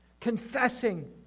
confessing